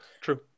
True